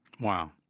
wow